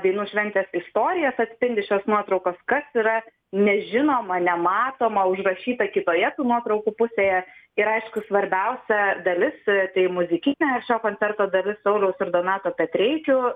dainų šventės istorijas atspindi šios nuotraukos kas yra nežinoma nematoma užrašyta kitoje tų nuotraukų pusėje ir aišku svarbiausia dalis tai muzikinė šio koncerto dalis sauliaus ir donato petreikių